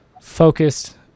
focused